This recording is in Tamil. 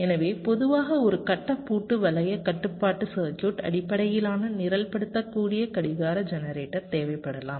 எனவே பொதுவாக ஒரு கட்ட பூட்டு வளைய கட்டுப்பாட்டு சர்க்யூட் அடிப்படையிலான நிரல்படுத்தக்கூடிய கடிகார ஜெனரேட்டர் தேவைப்படலாம்